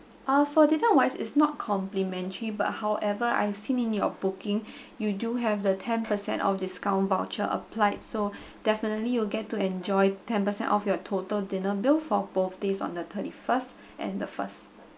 uh for dinner wise it's not complimentary but however I've seen in your booking you do have the ten percent of discount voucher applied so definitely you will get to enjoy ten percent off your total dinner bill for both days on the thirty first and the first